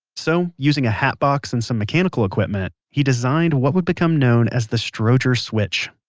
so, using a hatbox and some mechanical equipment, he designed what would become known as the strowger switch